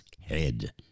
head